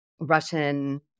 Russian